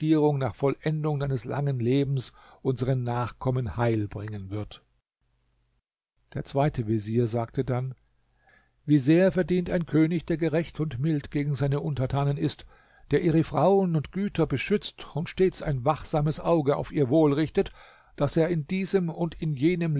nach vollendung deines langen lebens unseren nachkommen heil bringen wird der zweite vezier sagte dann wie sehr verdient ein könig der gerecht und mild gegen seine untertanen ist der ihre frauen und güter beschützt und stets ein wachsames auge auf ihr wohl richtet daß er in diesem und in jenem